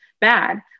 bad